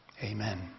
Amen